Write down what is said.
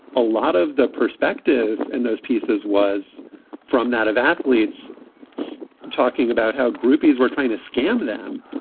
a lot of the perspective in those pieces was from that of athletes talking about how groupies were trying to scam them.